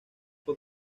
fue